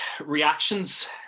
Reactions